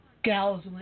Gals